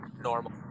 normal